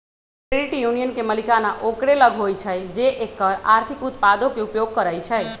credit union के मलिकाना ओकरे लग होइ छइ जे एकर आर्थिक उत्पादों के उपयोग करइ छइ